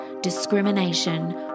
discrimination